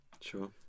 Sure